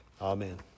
Amen